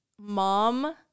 mom